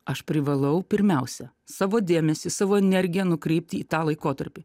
aš privalau pirmiausia savo dėmesį savo energiją nukreipti į tą laikotarpį